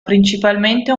principalmente